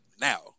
Now